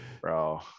bro